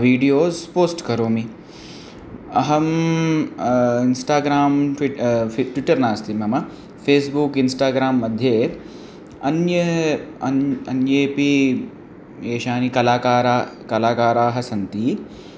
videos post करोमि अहं Instagram twit Twitter नास्ति मम फ़ेस्बुक् इन्स्टाग्रां मध्ये अन्ये अन्यः अन्येपि एतानि कलाकाराः कलाकाराः सन्ति